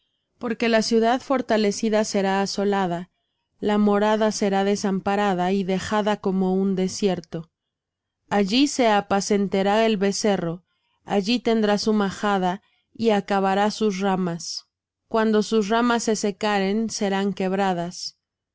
porque la ciudad fortalecida será asolada la morada será desamparada y dejada como un desierto allí se apacentará el becerro allí tendrá su majada y acabará sus ramas cuando sus ramas se secaren serán quebradas